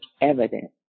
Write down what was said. evidence